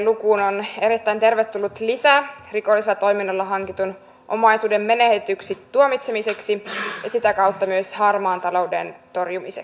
lukuun on erittäin tervetullut lisä rikollisella toiminnalla hankitun omaisuuden menetetyksi tuomitsemiseksi ja sitä kautta myös harmaan talouden torjumiseksi